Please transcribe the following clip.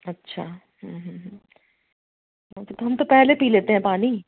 अच्छा हम तो हम तो पहले पी लेते हैं पानी